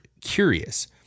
curious